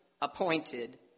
Appointed